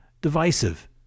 divisive